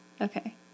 Okay